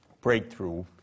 breakthrough